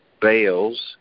bales